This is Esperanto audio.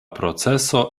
proceso